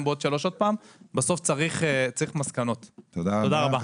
תקשורת: אלפי ילדים נותרים ללא טיפול ראוי.